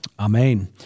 Amen